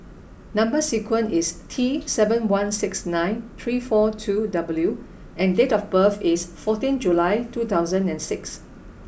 number sequence is T seven one six nine three four two W and date of birth is fourteen July two thousand and six